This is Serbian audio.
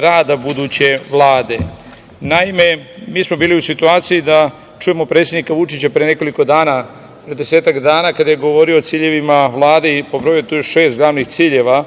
rada buduće Vlade. Naime, mi smo bili u situaciji da čujemo predsednika Vučića pre desetak dana kada je govorio o ciljevima Vlade. Pobrojao je šest glavnih ciljeva.